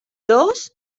dos